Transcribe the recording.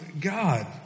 God